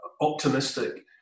optimistic